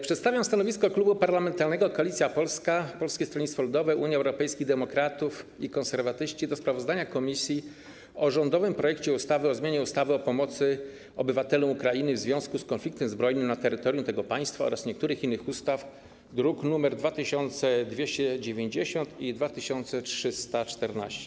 Przedstawiam stanowisko Klubu Parlamentarnego Koalicja Polska - Polskie Stronnictwo Ludowe, Unia Europejskich Demokratów, Konserwatyści dotyczące sprawozdania komisji o rządowym projekcie ustawy o zmianie ustawy o pomocy obywatelom Ukrainy w związku z konfliktem zbrojnym na terytorium tego państwa oraz niektórych innych ustaw, druki nr 2290 i 2314.